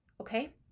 okay